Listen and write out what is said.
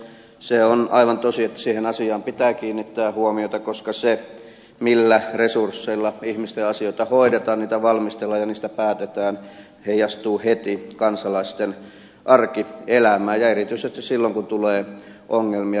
se on aivan tosi että siihen asiaan pitää kiinnittää huomiota koska se millä resursseilla ihmisten asioita hoidetaan niitä valmistellaan ja niistä päätetään heijastuu heti kansalaisten arkielämään ja erityisesti silloin kun tulee ongelmia